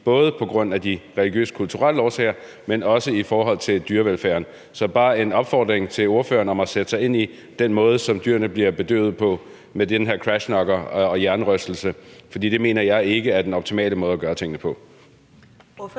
både på grund af de religiøse og kulturelle årsager, men også på grund af dyrevelfærden. Så jeg vil bare opfordre ordføreren til at sætte sig ind i den måde, som dyrene bliver bedøvet på med den her crash knocker og hjerneystelse, for jeg mener ikke, at det er den optimale måde at gøre tingene på.